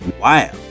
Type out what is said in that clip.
Wow